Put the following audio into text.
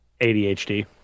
ADHD